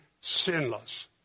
sinless